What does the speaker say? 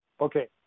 Okay